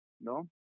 No